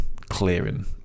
clearing